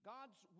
God's